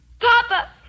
Papa